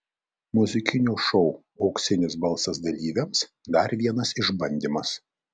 muzikinio šou auksinis balsas dalyviams dar vienas išbandymas